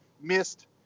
missed